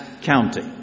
county